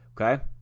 okay